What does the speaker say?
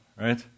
Right